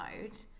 mode